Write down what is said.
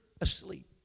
asleep